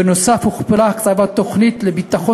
בנוסף הוכפלה ההקצאה לתוכנית לביטחון